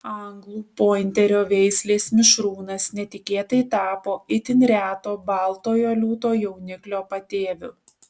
anglų pointerio veislės mišrūnas netikėtai tapo itin reto baltojo liūto jauniklio patėviu